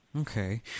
Okay